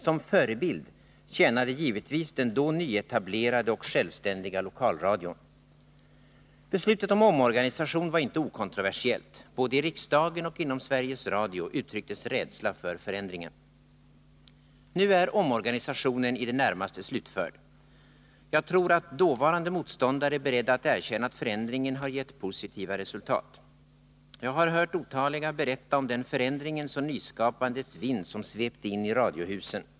Som förebild tjänade givetvis den då nyetablerade och sjävständiga lokalradion. Beslutet om omorganisation var inte okontroversiellt. Både i riksdagen och inom Sveriges Radio uttrycktes rädsla för förändringen. Nu är omorganisationen i det närmaste slutförd. Jag tror att dåvarande motståndare är beredda att erkänna att förändringen har gett positiva resultat. Jag har hört otaliga berätta om den förändringens och nyskapandets vind som svepte in i radiohusen.